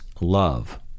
love